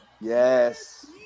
Yes